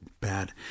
bad